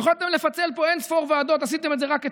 יכולתם לפצל פה אין-ספור ועדות ועשיתם את זה רק אתמול.